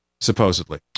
Supposedly